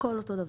הכול אותו דבר.